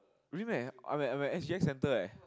really meh I'm at I'm at S_G_S-center eh